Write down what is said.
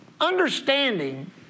understanding